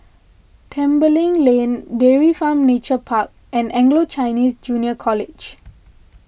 Tembeling Lane Dairy Farm Nature Park and Anglo Chinese Junior College